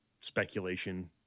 speculation